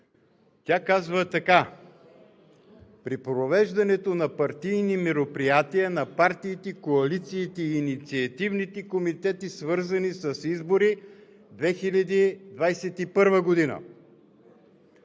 Тя казва така – при провеждането на партийни мероприятия на партиите, коалициите и инициативните комитети, свързани с Избори 2021 г., да